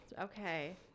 Okay